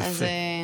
יפה.